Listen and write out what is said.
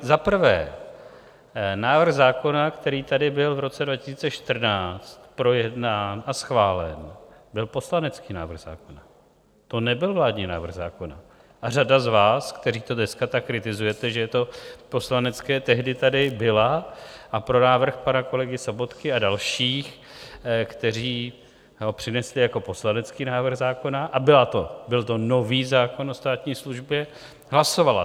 Za prvé, návrh zákona, který tady byl v roce 2014 projednán a schválen, byl poslanecký návrh zákona, to nebyl vládní návrh zákona, a řada z vás, kteří to dneska tak kritizujete, že je to poslanecké, tehdy tady byla a pro návrh pana kolegy Sobotky a dalších, kteří ho přinesli jako poslanecký návrh zákona, a byl to nový zákon o státní službě, hlasovala.